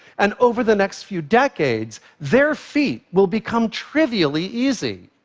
and over the next few decades, their feat will become trivially easy.